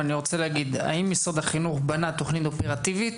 אבל אני רוצה להגיד האם משרד החינוך בנה תוכנית אופרטיבית,